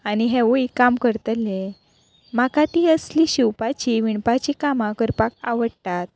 आनी हेंवूय काम करतलें म्हाका तीं असलीं शिंवपाचीं विणपाचीं कामां करपाक आवडटात